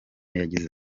yagize